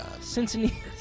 Cincinnati